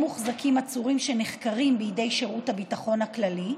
מוחזקים עצורים שנחקרים בידי שירות הביטחון הכללי,